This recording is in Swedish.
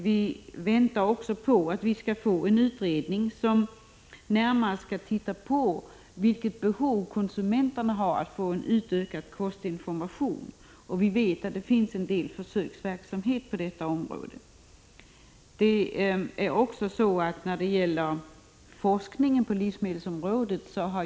Vi väntar också på att få en utredning som närmare skall titta på vilket behov konsumenterna har av att få en utökad kostinformation, och vi vet att det finns en del försöksverksamhet på detta område.